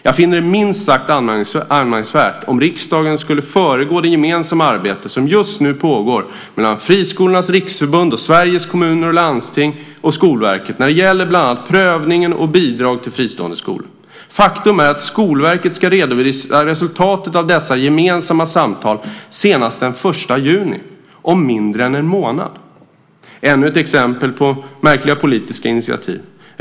Jag finner det minst sagt anmärkningsvärt om riksdagen skulle föregripa det gemensamma arbete som just nu pågår mellan Friskolornas Riksförbund, Sveriges Kommuner och Landsting och Skolverket när det gäller bland annat prövning och bidrag till fristående skolor. Faktum är att Skolverket ska redovisa resultatet av dessa gemensamma samtal senast den 1 juni, alltså om mindre än en månad. Det är ännu ett exempel på märkliga politiska initiativ.